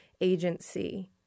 agency